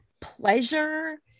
pleasure